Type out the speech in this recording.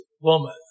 woman